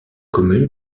communes